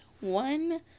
One